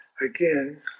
again